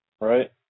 Right